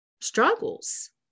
struggles